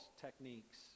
techniques